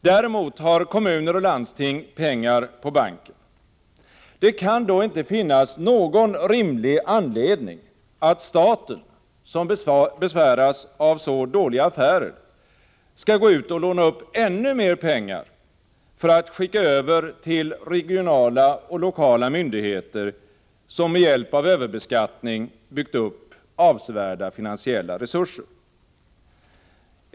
Däremot har kommuner och landsting pengar på banken. Det kan då inte finnas någon rimlig anledning att staten, som besväras av så dåliga affärer, skall gå ut och låna upp ännu mer pengar för att skicka över till regionala och lokala myndigheter, som med hjälp av överbeskattning byggt upp avsevärda finansiella resurser.